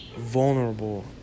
vulnerable